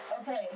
Okay